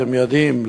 אתם יודעים,